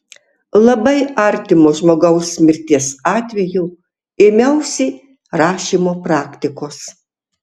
labai artimo žmogaus mirties atveju ėmiausi rašymo praktikos